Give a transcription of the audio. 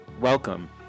Welcome